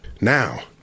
Now